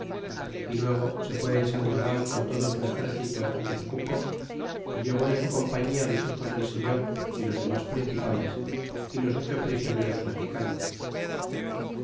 y luego se fue el sandoval con todo su exército á tezcuco y llevó en su compañía los hijos del señor y los demas principales y los ocho prisioneros mexicanos